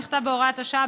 נכתב בהוראת השעה,